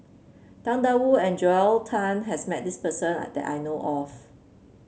Tang Da Wu and Joel Tan has met this person and that I know of